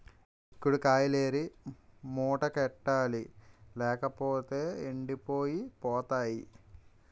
సిక్కుడు కాయిలేరి మూటకెత్తాలి లేపోతేయ్ ఎండిపోయి పోతాయి